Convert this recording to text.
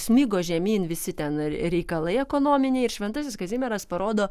smigo žemyn visi ten reikalai ekonominiai ir šventasis kazimieras parodo